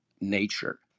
nature